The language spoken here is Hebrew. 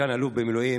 סגן אלוף במילואים,